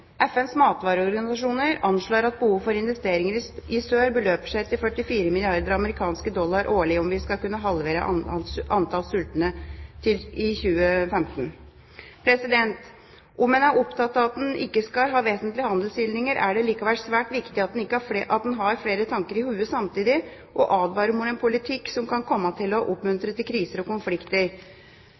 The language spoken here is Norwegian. FNs matvareorganisasjoner anslår at behovet for investeringer i sør beløper seg til 44 milliarder amerikanske dollar årlig om vi skal kunne halvere antall sultende til 2015. Om en er opptatt av at en ikke skal ha vesentlige handelshindringer, er det likevel svært viktig at en har flere tanker i hodet samtidig og advarer mot en politikk som kan komme til å oppmuntre til kriser og konflikter.